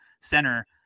center